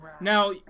Now